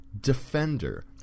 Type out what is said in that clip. Defender